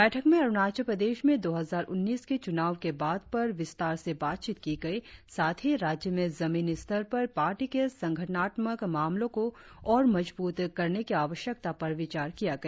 बैठक में अरुणाचल प्रदेश में दो हजार उन्नीस के चुनाव के बाद पर विस्तार से बातचीत की गई साथ ही राज्य में जमीनी स्तर पर पार्टी के संगठनात्मक मामले को और मजबूत करने की आवश्यकता पर विचार किया गया